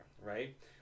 right